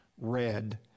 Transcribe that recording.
red